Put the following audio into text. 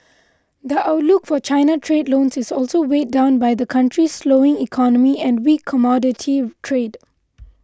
the outlook for China trade loans is also weighed down by the country's slowing economy and weak commodity trade